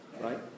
right